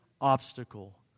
obstacle